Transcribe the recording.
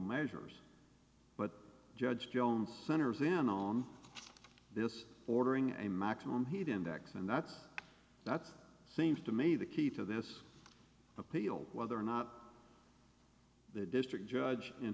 measures but judge jones center is in on this ordering a maximum heat index and that's that's seems to me the key to this appeal whether or not the district judge in